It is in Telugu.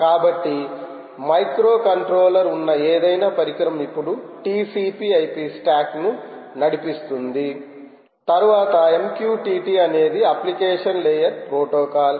కాబట్టి మైక్రోకంట్రోలర్ ఉన్న ఏదైనా పరికరం ఇప్పుడు TCP IP స్టాక్ను నడిపిస్తుంది తరువాత MQTT అనేది అప్లికేషన్ లేయర్ ప్రోటోకాల్